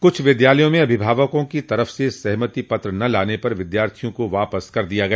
कुछ विद्यालयों में अभिभावकों की तरफ से सहमति पत्र न लाने पर विद्यार्थियों को वापस कर दिया गया